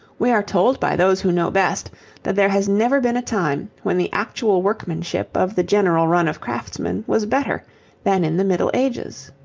we are told by those who know best that there has never been a time when the actual workmanship of the general run of craftsmen was better than in the middle ages.